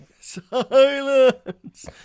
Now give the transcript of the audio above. Silence